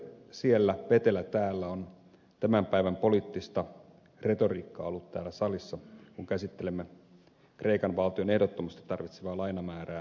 suo siellä vetelä täällä on ollut tämän päivän poliittista retoriikkaa täällä salissa kun käsittelemme kreikan valtion muilta eun rahaliiton jäsenvaltioilta ehdottomasti tarvitsemaa lainamäärää